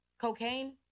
Cocaine